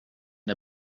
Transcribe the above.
der